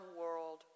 world